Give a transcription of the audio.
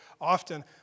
often